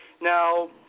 Now